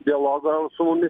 dialogo su mumis